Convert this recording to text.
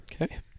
Okay